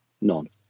none